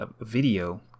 video